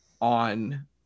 on